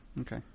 Okay